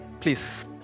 Please